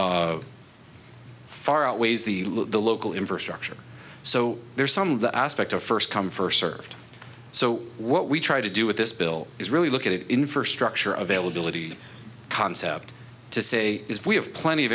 far far outweighs the look at the local infrastructure so there's some of the aspect of first come first served so what we try to do with this bill is really look at an infrastructure of ail ability concept to say is we have plenty of